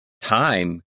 time